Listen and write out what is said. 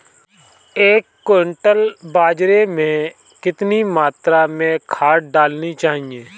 एक क्विंटल बाजरे में कितनी मात्रा में खाद डालनी चाहिए?